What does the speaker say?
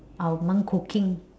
our mum cooking